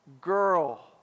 girl